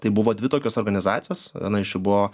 tai buvo dvi tokios organizacijos viena iš jų buvo